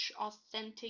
authentic